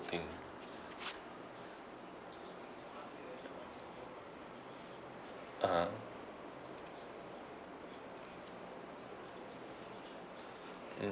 thing uh mm